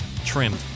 trimmed